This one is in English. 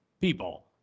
people